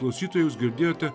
klausytojus girdėjote